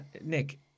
Nick